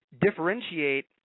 differentiate